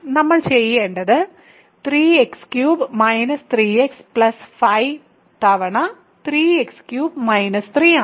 നമ്മൾ ചെയ്യേണ്ടത് 2x3 3 x 5 തവണ 3x3 3 ആണ്